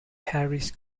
harris